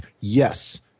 Yes